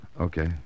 Okay